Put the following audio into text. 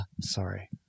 Sorry